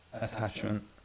attachment